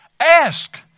Ask